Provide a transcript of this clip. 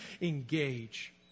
engage